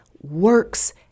works